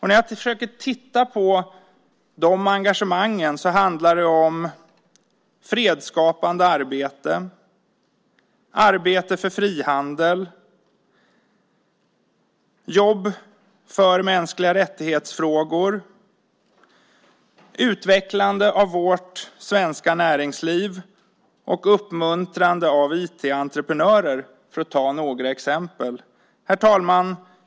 När jag försöker titta på de engagemangen handlar det om fredsskapande arbete, arbete för frihandel, arbete med MR-frågor, utvecklande av vårt svenska näringsliv och uppmuntrande av IT-entreprenörer, för att ta några exempel. Herr talman!